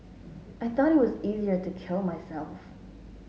I thought it was easier to kill myself